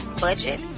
budget